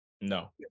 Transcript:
No